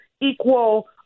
equal